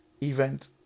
event